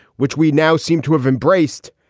which we now seem to have embraced.